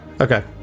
Okay